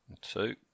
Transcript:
Two